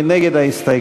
מי נגד ההסתייגות?